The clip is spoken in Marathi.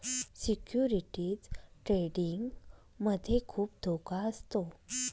सिक्युरिटीज ट्रेडिंग मध्ये खुप धोका असतो